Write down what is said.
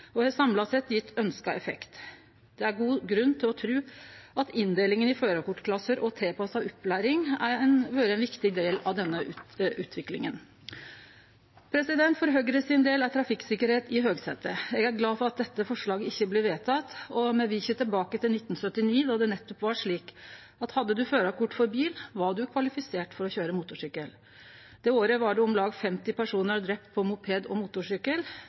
og har samla sett gjeve ønska effekt. Det er god grunn til å tru at inndelinga i førarkortklasser og tilpassa opplæring har vore ein viktig del av denne utviklinga. For Høgre sin del er trafikksikkerheit i høgsetet. Eg er glad for at dette forslaget ikkje blir vedtatt, og me vil ikkje tilbake til 1979 då det nettopp var slik at hadde ein førarkort for bil, var ein kvalifisert for å køyre motorsykkel. Det året blei om lag 50 personar drepne på moped og motorsykkel.